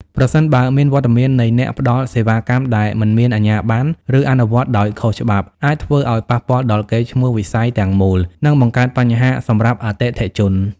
ប្រសិនបើ មានវត្តមាននៃអ្នកផ្តល់សេវាកម្មដែលមិនមានអាជ្ញាប័ណ្ណ ឬអនុវត្តដោយខុសច្បាប់ អាចធ្វើឱ្យប៉ះពាល់ដល់កេរ្តិ៍ឈ្មោះវិស័យទាំងមូល និងបង្កើតបញ្ហាសម្រាប់អតិថិជន។